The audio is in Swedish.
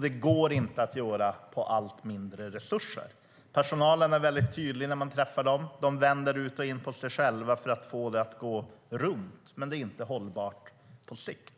Det går inte att göra med allt mindre resurser. Personalen är väldigt tydlig när man träffar dem. De vänder ut och in på sig själva för att få det att gå runt, men det är inte hållbart på sikt.